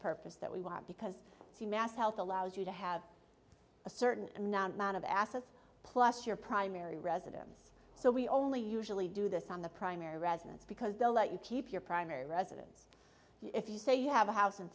purpose that we want because it's the mass health allows you to have a certain amount of assets plus your primary residence so we only usually do this on the primary residence because they'll let you keep your primary residence if you say you have a house in